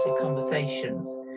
conversations